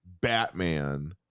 Batman